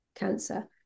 cancer